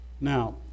Now